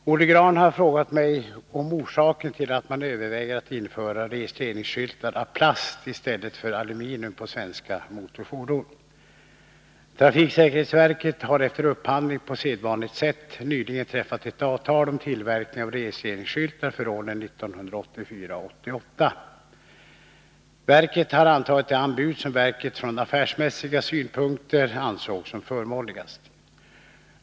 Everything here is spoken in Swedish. Herr talman! Olle Grahn har frågat mig om orsaken till att man överväger att införa registreringsskyltar av plast i stället för aluminium på svenska motorfordon. Trafiksäkerhetsverket har efter upphandling på sedvanligt sätt nyligen träffat ett avtal om tillverkning av registreringsskyltar för åren 1984-1988. Verket har antagit det anbud som verket från affärsmässiga synpunkter arisåg som förmånligast.